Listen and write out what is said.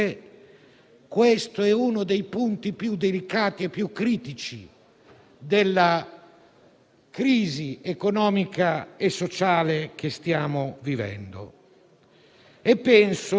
dobbiamo costruire una strategia vera in grado di lavorare sulla riduzione dei fatturati,